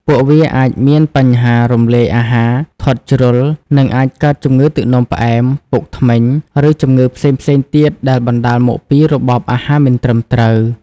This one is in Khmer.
ពួកវាអាចមានបញ្ហារំលាយអាហារ ធាត់ជ្រុល និងអាចកើតជំងឺទឹកនោមផ្អែម ពុកធ្មេញ ឬជំងឺផ្សេងៗទៀតដែលបណ្ដាលមកពីរបបអាហារមិនត្រឹមត្រូវ។